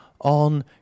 on